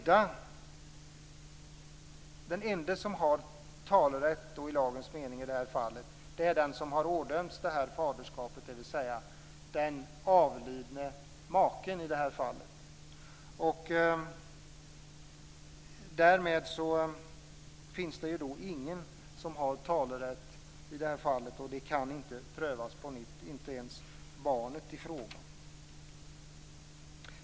Den ende som har talerätt i lagens mening i det här fallet är den som har ådömts faderskapet, dvs. den avlidne maken. Därmed finns det i det här fallet inte någon som har talerätt, och det kan inte prövas på nytt, inte ens av barnet i fråga.